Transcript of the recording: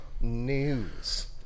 news